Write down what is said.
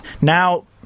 Now